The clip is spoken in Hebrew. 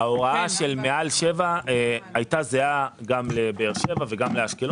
ההוראה של מעל שבעה קילומטר הייתה זהה גם לבאר שבע וגם לאשקלון.